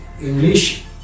English